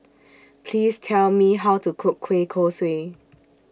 Please Tell Me How to Cook Kueh Kosui